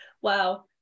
wow